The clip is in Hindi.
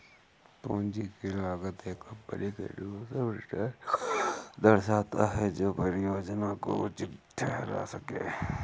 पूंजी की लागत एक कंपनी के न्यूनतम रिटर्न को दर्शाता है जो परियोजना को उचित ठहरा सकें